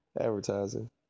advertising